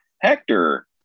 Hector